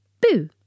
boo